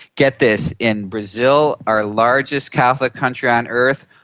get this, in brazil our largest catholic country on earth,